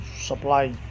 supply